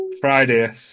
friday